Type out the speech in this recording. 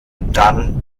dann